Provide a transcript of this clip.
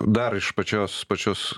dar iš pačios pačios